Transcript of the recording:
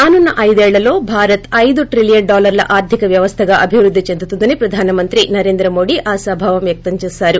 రానున్న ఐదేళ్ళలో భారత్ ఐదు ట్రిలియన్ డాలర్ల ఆర్దిక వ్యవస్థగా అభివృద్ది చెందుతుందని ప్రధానమంత్రి నరేంద్ర మోదీ ఆశాభావం వ్యక్తం చేశారు